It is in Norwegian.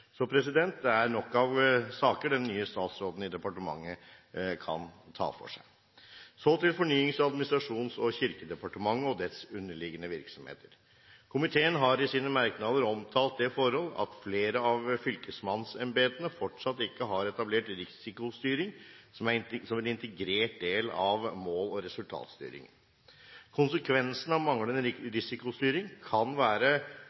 det er nok av saker den nye statsråden for departementet kan ta for seg. Så til Fornyings-, administrasjons- og kirkedepartementet og dets underliggende virksomheter. Komiteen har i sine merknader omtalt det forhold at flere av fylkesmannsembetene fortsatt ikke har etablert risikostyring som en integrert del av mål- og resultatstyringen. Konsekvensen av manglende risikostyring kan være